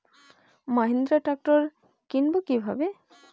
Mahindra tractor কিনবো কি ভাবে?